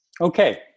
Okay